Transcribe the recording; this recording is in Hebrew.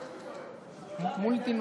מולטי-נושאי.